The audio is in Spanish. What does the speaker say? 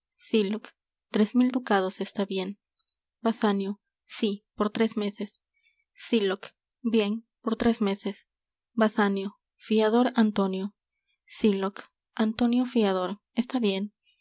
tres mil ducados está bien basanio si por tres meses sylock bien por tres meses basanio fiador antonio sylock antonio fiador está bien